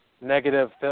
negative